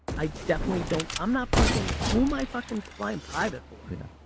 i definitely don't, i'm not fucking, who my fucking flying private for? yeah